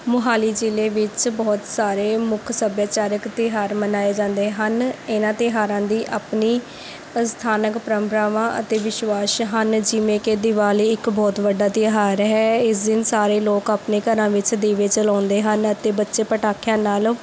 ਮੋਹਾਲੀ ਜ਼ਿਲ੍ਹੇ ਵਿੱਚ ਬਹੁਤ ਸਾਰੇ ਮੁੱਖ ਸੱਭਿਆਚਾਰਕ ਤਿਉਹਾਰ ਮਨਾਏ ਜਾਂਦੇ ਹਨ ਇਹਨਾਂ ਤਿਉਹਾਰਾਂ ਦੀ ਆਪਣੀ ਸਥਾਨਕ ਪਰੰਪਰਾਵਾਂ ਅਤੇ ਵਿਸ਼ਵਾਸ ਹਨ ਜਿਵੇਂ ਕਿ ਦੀਵਾਲੀ ਇੱਕ ਬਹੁਤ ਵੱਡਾ ਤਿਉਹਾਰ ਹੈ ਇਸ ਦਿਨ ਸਾਰੇ ਲੋਕ ਆਪਣੇ ਘਰਾਂ ਵਿੱਚ ਦੀਵੇ ਜਲਾਉਂਦੇ ਹਨ ਅਤੇ ਬੱਚੇ ਪਟਾਖਿਆਂ ਨਾਲ